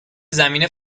زمین